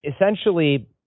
essentially